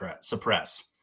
suppress